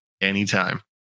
anytime